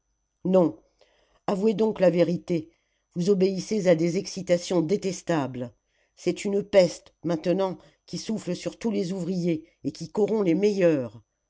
non avouez donc la vérité vous obéissez à des excitations détestables c'est une peste maintenant qui souffle sur tous les ouvriers et qui corrompt les meilleurs